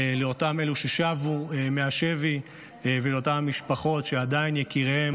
לאותם אלה ששבו מהשבי ולאותן משפחות שיקיריהן